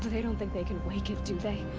they don't think they can wake it, do they?